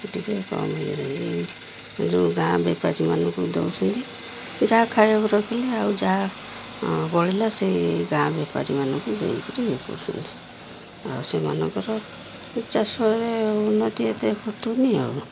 ଟିକେ କମ ହେଇ ଯାହା ଗାଁ ବେପାରୀମାନଙ୍କୁ ବି ଦେଉଛନ୍ତି ଯାହା ଖାଇବାକୁ ରଖିଲେ ଆଉ ଯାହା ବଳିଲା ସେଇ ଗାଁ ବେପାରୀମାନଙ୍କୁ ଦେଇକିରି ଇଏ କରୁଛନ୍ତି ଆଉ ସେମାନଙ୍କର ଚାଷରେ ଉନ୍ନତି ଏତେ କରୁୁନି ଆଉ